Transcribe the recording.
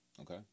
okay